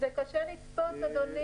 זה קשה לצפות, אדוני.